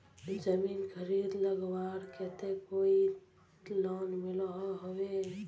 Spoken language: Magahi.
जमीन खरीद लगवार केते कोई लोन मिलोहो होबे?